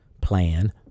plan